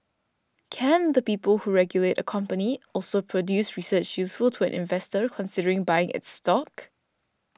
Can the people who regulate a company also produce research useful to an investor considering buying its stock